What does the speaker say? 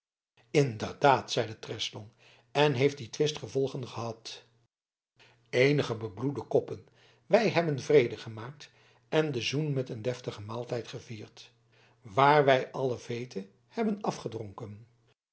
inderdaad zeide treslong en heeft die twist gevolgen gehad eenige bebloede koppen wij hebben vrede gemaakt en den zoen met een deftigen maaltijd gevierd waar wij alle veete hebben